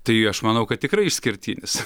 tai aš manau kad tikrai išskirtinis